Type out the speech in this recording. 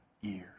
years